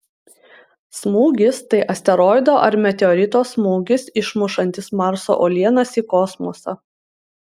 smūgis tai asteroido ar meteorito smūgis išmušantis marso uolienas į kosmosą